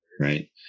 right